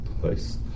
place